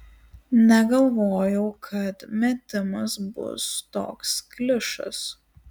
negalvojau kad metimas bus toks klišas